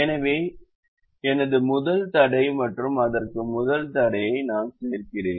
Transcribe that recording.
எனவே இது எனது முதல் தடை மற்றும் அதற்கு முதல் தடையை நான் சேர்க்கிறேன்